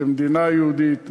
כמדינה יהודית,